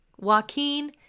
Joaquin